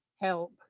help